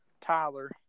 Tyler